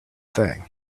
thing